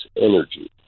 energy